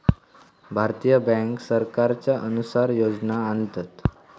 भारतीय बॅन्क सरकारच्या अनुसार योजना आणतत